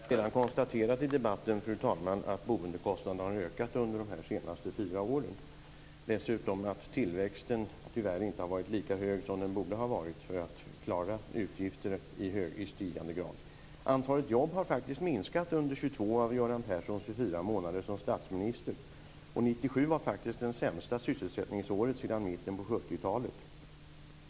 Fru talman! Vi har redan konstaterat i debatten att boendekostnaden har ökat under de senaste fyra åren. Dessutom har tillväxten inte varit så hög som den borde ha varit för att klara utgifter i stigande grad. Antalet jobb har faktiskt minskat under 22 av Göran Perssons 24 månader som statsminister. 1997 var faktiskt det sämsta sysselsättningsåret sedan mitten av 70-talet.